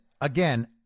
again